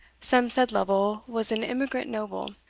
some said lovel was an emigrant noble,